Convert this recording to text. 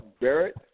Barrett